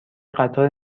قطار